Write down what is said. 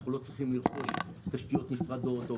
ואנחנו לא צריכים לרכוש תשתיות נפרדות,